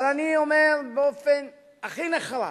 אבל אני אומר באופן הכי נחרץ: